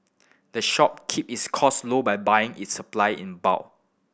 the shop keep its costs low by buying its supply in bulk